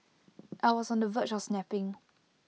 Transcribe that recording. I was on the verge of snapping